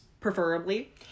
preferably